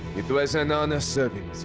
it was an honor serving